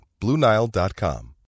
BlueNile.com